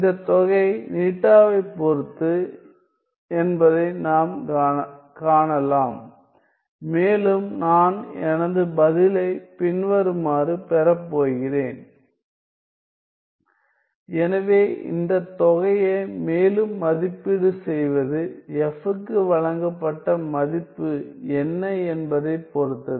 இந்த தொகை η வைப் பொருத்து என்பதை நாம் காணலாம் மேலும் நான் எனது பதிலைப் பின் வருமாறு பெறப் போகிறேன் எனவே இந்த தொகையை மேலும் மதிப்பீடு செய்வது f க்கு வழங்கப்பட்ட மதிப்பு என்ன என்பதைப் பொறுத்தது